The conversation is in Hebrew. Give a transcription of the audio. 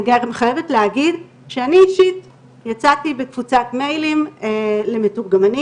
אני חייבת להגיד שאני אישית יצאתי בתפוצת מיילים למתורגמנים,